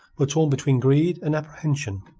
were torn between greed and apprehension.